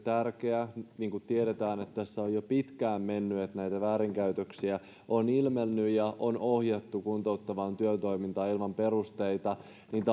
tärkeä niin kuin tiedetään tässä on jo pitkään mennyt että näitä väärinkäytöksiä on ilmennyt ja on ohjattu kuntouttavaan työtoimintaan ilman perusteita